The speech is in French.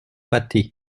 pâtés